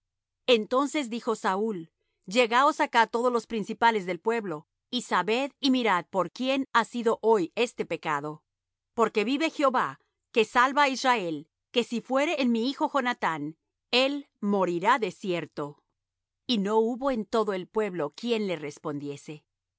entonces dijo saúl llegaos acá todos los principales del pueblo y sabed y mirad por quién ha sido hoy este pecado porque vive jehová que salva á israel que si fuere en mi hijo jonathán el morirá de cierto y no hubo en todo el pueblo quien le